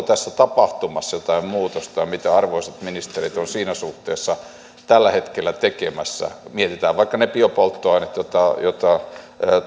tässä tapahtumassa jotain muutosta ja mitä arvoisat ministerit ovat siinä suhteessa tällä hetkellä tekemässä mietitään vaikka niitä biopolttoaineita joita